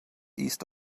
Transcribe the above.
east